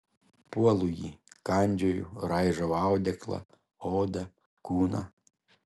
puolu jį kandžioju raižau audeklą odą kūną